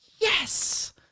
Yes